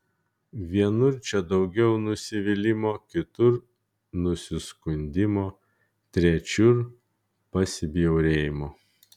vienur čia daugiau nusivylimo kitur nusiskundimo trečiur pasibjaurėjimo